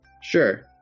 Sure